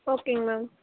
ஓகேங்க மேம்